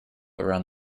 around